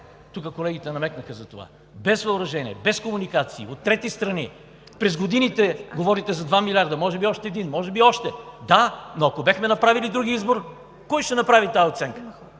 тук колегите намекнаха за това, без въоръжение, без комуникации, от трети страни. През годините говорите за 2 милиарда, може би още един, може би още. Да, но ако бяхме направили другия избор, кой ще направи тази оценка?